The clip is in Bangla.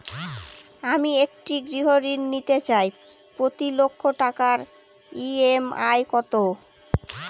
আমি একটি গৃহঋণ নিতে চাই প্রতি লক্ষ টাকার ই.এম.আই কত?